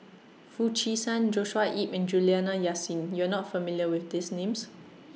Foo Chee San Joshua Ip and Juliana Yasin YOU Are not familiar with These Names